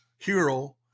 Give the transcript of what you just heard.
hero